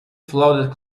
floated